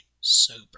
sober